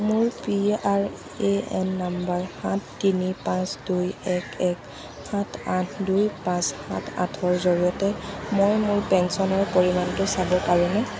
মোৰ P R A N number সাত তিনি পাঁচ দুই এক এক সাত আঠ দুই পাঁচ সাত আঠৰ জৰিয়তে মই মোৰ পেঞ্চনৰ পৰিমাণটো চাব পাৰোঁনে